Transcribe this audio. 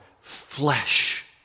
flesh